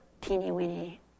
teeny-weeny